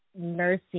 nursing